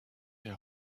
der